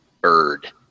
bird